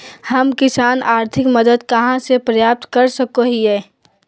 हम किसान आर्थिक मदत कहा से प्राप्त कर सको हियय?